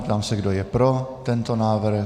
Ptám se, kdo je pro tento návrh.